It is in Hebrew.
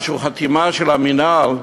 חתימה של המינהל,